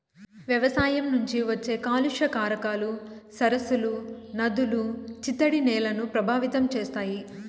వ్యవసాయం నుంచి వచ్చే కాలుష్య కారకాలు సరస్సులు, నదులు, చిత్తడి నేలలను ప్రభావితం చేస్తాయి